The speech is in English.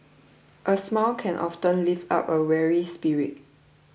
a smile can often lift up a weary spirit